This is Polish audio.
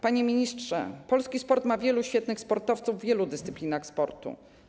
Panie ministrze, polski sport ma wielu świetnych sportowców w wielu dyscyplinach sportu.